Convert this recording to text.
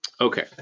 Okay